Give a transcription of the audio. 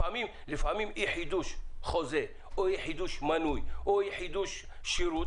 לפעמים אי חידוש חוזה או אי חידוש מנוי או אי חידוש שירות,